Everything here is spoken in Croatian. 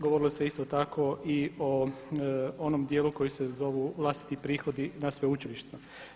Govorilo se isto tako i o onom dijelu koji se zovu vlastiti prihodi na sveučilištima.